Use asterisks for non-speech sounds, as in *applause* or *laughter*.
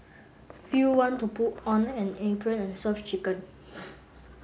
few want to put on an apron and serve chicken *noise*